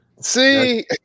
See